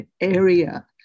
area